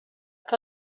que